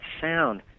sound